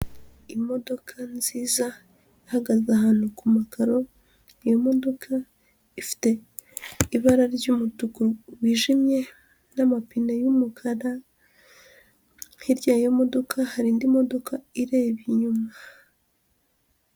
Imodoka nziza ihagaze ahantu ku makaro, iyo modoka ifite ibara ry'umutuku wijimye n'amapine y'umukara, hirya y'iyo modoka hari indi modoka ireba inyuma.